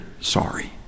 sorry